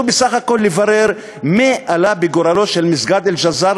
בסך הכול לברר מה עלה בגורלו של מסגד אל-ג'זאר,